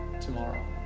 tomorrow